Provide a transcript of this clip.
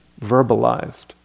verbalized